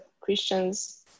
Christians